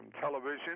television